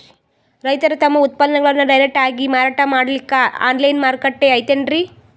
ರೈತರು ತಮ್ಮ ಉತ್ಪನ್ನಗಳನ್ನು ಡೈರೆಕ್ಟ್ ಆಗಿ ಮಾರಾಟ ಮಾಡಲಿಕ್ಕ ಆನ್ಲೈನ್ ಮಾರುಕಟ್ಟೆ ಐತೇನ್ರೀ?